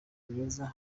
myiza